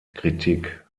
kritik